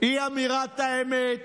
אי-אמירת האמת